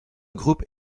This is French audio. groupes